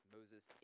Moses